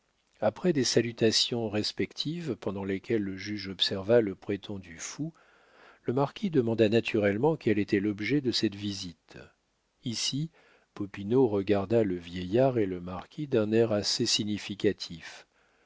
après des salutations respectives pendant lesquelles le juge observa le prétendu fou le marquis demanda naturellement quel était l'objet de cette visite ici popinot regarda le vieillard et le marquis d'un air assez significatif